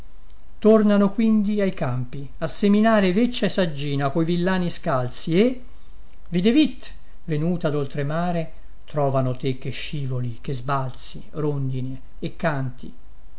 tornano quindi ai campi a seminare veccia e saggina coi villani scalzi e videvitt venuta doltremare trovano te che scivoli che sbalzi rondine e canti